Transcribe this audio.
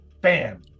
bam